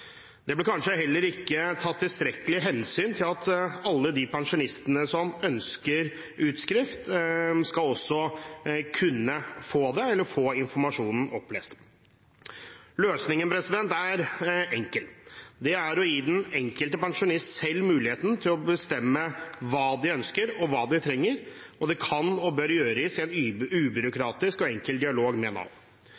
Det ble kanskje heller ikke tatt tilstrekkelig hensyn til at alle de pensjonistene som ønsker utskrift, skal kunne få det, eller skal kunne få informasjonen opplest. Løsningen er enkel. Det er å gi den enkelte pensjonist selv muligheten til å bestemme hva man ønsker, og hva man trenger, og det kan og bør gjøres i en